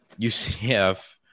UCF